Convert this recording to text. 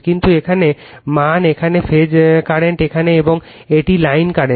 কিন্তু এখানে মান এখানে ফেজ কারেন্ট এখানে এবং এটি লাইন কারেন্ট